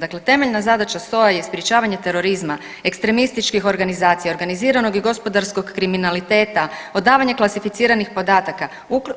Dakle, temeljna zadaća SOA-a je sprječavanje terorizma ekstremističkih organizacija, organiziranog i gospodarskog kriminaliteta, odavanje klasificiranih podataka,